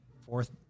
fourth